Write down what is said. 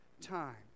time